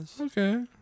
Okay